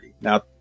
Now